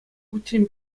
хутчен